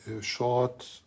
short